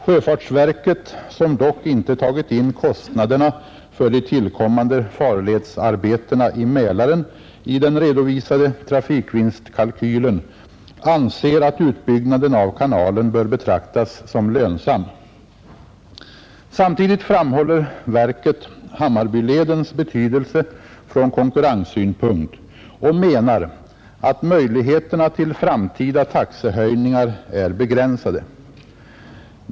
Sjöfartsverket, som dock inte tagit in kostnaderna för de tillkommande farledsarbetena i Mälaren i den redovisade trafikvinstkalkylen, anser att utbyggnaden av kanalen bör betraktas som lönsam. Samtidigt framhåller verket Hammarbyledens betydelse från konkurrenssynpunkt och menar att möjligheterna till framtida taxehöjningar är begränsade.